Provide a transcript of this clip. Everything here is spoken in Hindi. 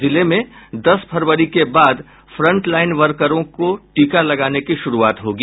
जिले में दस फरवरी के बाद फ्रंटलाइन वर्करों को टीका लगाने की शुरूआत होगी